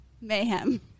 mayhem